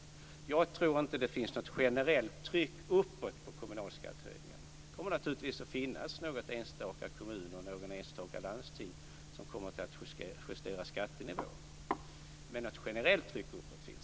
Jag tror inte att det finns något generellt tryck uppåt på kommunalskatterna. Det kommer naturligtvis att finnas någon enstaka kommun eller något enstaka landsting som kommer att justera skattenivån. Men något generellt tryck uppåt finns inte.